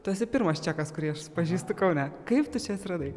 tu esi pirmas čekas kurį aš pažįstu kaune kaip tu čia atsiradai